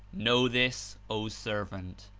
know this, o servant.